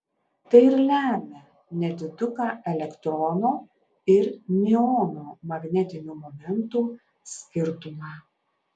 tai ir lemia nediduką elektrono ir miuono magnetinių momentų skirtumą